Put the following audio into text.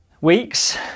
weeks